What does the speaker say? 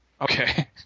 Okay